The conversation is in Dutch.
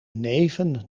neven